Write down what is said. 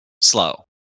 Slow